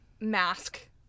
mask